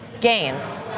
gains